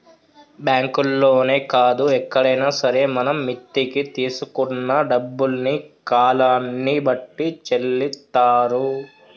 బ్యాంకుల్లోనే కాదు ఎక్కడైనా సరే మనం మిత్తికి తీసుకున్న డబ్బుల్ని కాలాన్ని బట్టి చెల్లిత్తారు